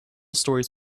stories